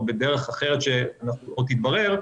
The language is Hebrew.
או בדרך אחרת שעוד תתברר,